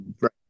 right